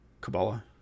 Kabbalah